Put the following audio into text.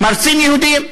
מרצים יהודים,